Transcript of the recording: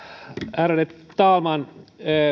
ärade talman